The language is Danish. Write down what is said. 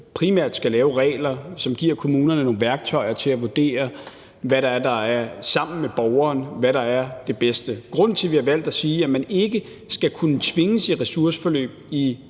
primært skal lave regler, som giver kommunerne nogle værktøjer til at vurdere sammen med borgeren, hvad der er det bedste. Grunden til, at vi har valgt at sige, at man ikke skal kunne tvinges i ressourceforløb 6